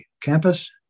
campus